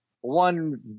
One